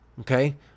Okay